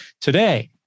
Today